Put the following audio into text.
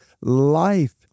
life